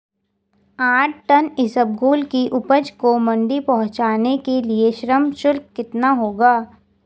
आठ टन इसबगोल की उपज को मंडी पहुंचाने के लिए श्रम शुल्क कितना होगा?